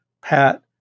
Pat